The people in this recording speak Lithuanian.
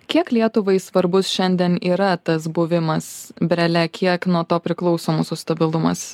kiek lietuvai svarbus šiandien yra tas buvimas brele kiek nuo to priklauso mūsų stabilumas